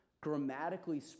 grammatically